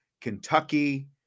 Kentucky